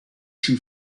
two